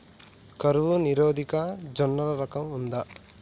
కరువు నిరోధక జొన్నల రకం ఉందా?